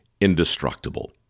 indestructible